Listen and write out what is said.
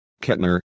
Kettner